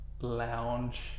lounge